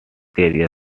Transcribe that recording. carries